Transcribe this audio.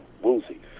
woozy